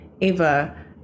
Ava